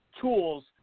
tools